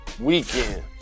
Weekend